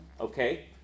Okay